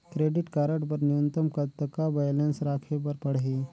Credit card बर न्यूनतम कतका बैलेंस राखे बर पड़ही?